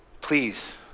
Please